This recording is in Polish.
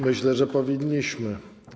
Myślę, że powinniśmy.